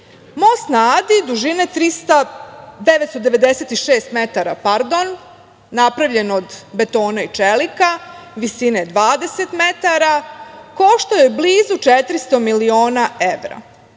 Most na Adi dužine 996 metara, napravljen od betona i čelika, visine 20 metara, koštao je blizu 400 miliona evra.